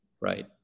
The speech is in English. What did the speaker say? right